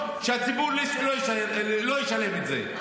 שהציבור לא ישלם את זה,